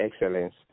excellence